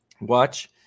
Watch